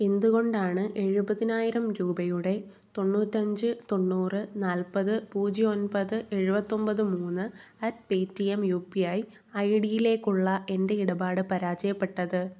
എന്തുകൊണ്ടാണ് എഴുപതിനായിരം രൂപയുടെ തൊണ്ണൂറ്റഞ്ച് തൊണ്ണൂറ് നാല്പത് പൂജ്യം ഒൻപത് എഴുപത്തൊൻപത് മൂന്ന് at pay T M U P I I ഡിയിലേക്കുള്ള എൻ്റെ ഇടപാട് പരാജയപ്പെട്ടത്